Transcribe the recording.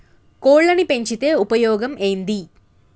కోళ్లని పెంచితే ఉపయోగం ఏంది?